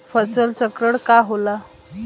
फसल चक्रण का होला?